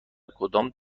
کدام